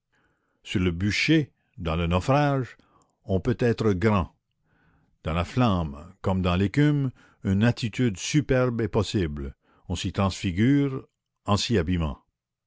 sur le bûcher dans le naufrage on peut être grand dans la flamme comme dans l'écume une attitude superbe est possible on s'y transfigure